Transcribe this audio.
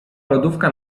lodówka